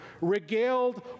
regaled